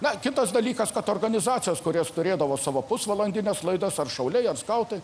na kitas dalykas kad organizacijos kurios turėdavo savo pusvalandines laidas ar šauliai skautai